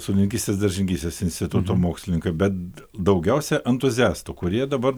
sodininkystės daržininkystės instituto mokslininkai bet daugiausiai entuziastų kurie dabar